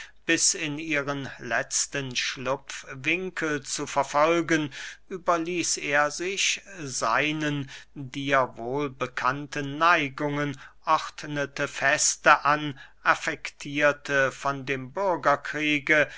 bis in ihren letzten schlupfwinkel zu verfolgen überließ er sich seinen dir wohlbekannten neigungen ordnete feste an affektierte von dem bürgerkriege